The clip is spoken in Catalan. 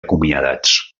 acomiadats